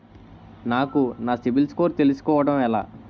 నాకు నా సిబిల్ స్కోర్ తెలుసుకోవడం ఎలా?